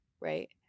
right